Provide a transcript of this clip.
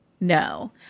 No